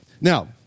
Now